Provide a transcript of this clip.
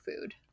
food